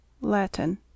Latin